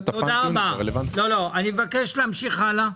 אני מבקש להמשיך הלאה.